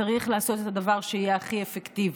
צריך לעשות את הדבר שיהיה הכי אפקטיבי.